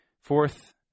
Fourth